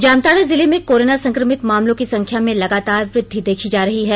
जामताड़ा जिले में कोरोना संक्रमित मामलों की संख्या में लगातार वृद्धि देखी जा रही है